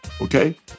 okay